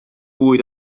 bwyd